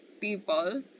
people